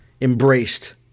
embraced